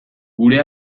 gure